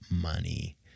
money